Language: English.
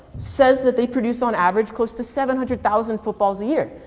says that they produce on average close to seven hundred thousand footballs a year.